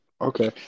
Okay